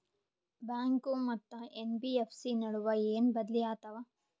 Bank ಮತ್ತ NBFC ನಡುವ ಏನ ಬದಲಿ ಆತವ?